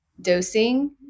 dosing